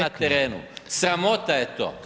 na terenu, sramota je to.